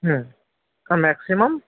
হুম আর ম্যাক্সিমাম